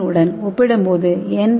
என் உடன் ஒப்பிடும்போது என்